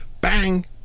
bang